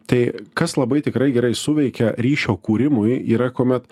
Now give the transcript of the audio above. tai kas labai tikrai gerai suveikia ryšio kūrimui yra kuomet